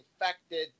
infected